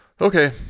Okay